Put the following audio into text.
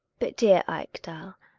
but, dear ekdal,